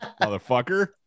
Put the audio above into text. motherfucker